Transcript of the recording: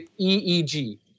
EEG